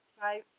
five